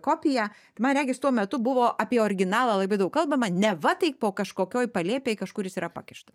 kopiją man regis tuo metu buvo apie originalą labai daug kalbama neva tai po kažkokioj palėpėj kažkur jis yra pakištas